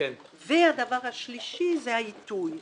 -- והדבר השלישי זה העיתוי.